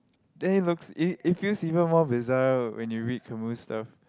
then it looks it it feels even more bizarre when you read Kamu stuff